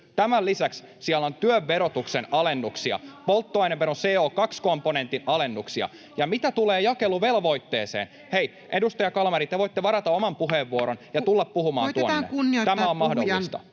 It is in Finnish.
Tämän lisäksi siellä on työn verotuksen alennuksia, polttoaineveron CO2-komponentin alennuksia, [Anne Kalmarin välihuuto] ja mitä tulee jakeluvelvoitteeseen... — Hei, edustaja Kalmari, te voitte varata oman puheenvuoron ja tulla puhumaan tuonne. Tämä on mahdollista.